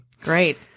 Great